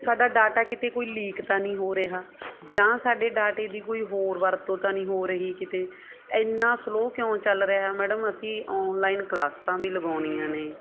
ਸਾਡਾ ਡਾਟਾ ਕਿਤੇ ਕੋਈ ਲੀਕ ਤਾਂ ਨਹੀਂ ਹੋ ਰਿਹਾ ਜਾਂ ਸਾਡੇ ਡਾਟੇ ਦੀ ਕੋਈ ਹੋਰ ਵਰਤੋਂ ਤਾਂ ਨਹੀਂ ਹੋ ਰਹੀ ਕਿਤੇ ਇੰਨਾ ਸਲੋ ਕਿਉਂ ਚੱਲ ਰਿਹਾ ਮੈਡਮ ਅਸੀਂ ਆਨਲਾਈਨ ਕਲਾਸਾਂ ਵੀ ਲਗਾਉਣੀਆਂ ਨੇ